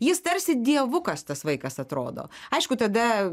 jis tarsi dievukas tas vaikas atrodo aišku tada